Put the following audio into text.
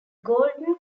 golden